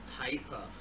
paper